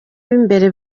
b’imbere